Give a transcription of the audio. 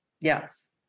yes